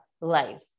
life